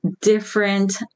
different